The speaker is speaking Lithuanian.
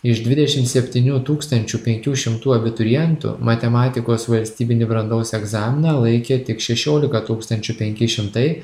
iš dvidešimt septynių tūkstančių penkių šimtų abiturientų matematikos valstybinį brandos egzaminą laikė tik šešiolika tūkstančių penki šimtai